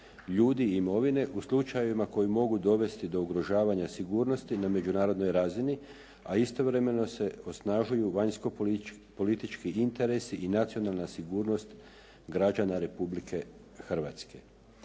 ljudi i imovine u slučajevima koji mogu dovesti do ugrožavanja sigurnosti na međunarodnoj razini, a istovremeno se osnažuju vanjskopolitički interesi i nacionalna sigurnost građana Republike Hrvatske.